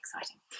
exciting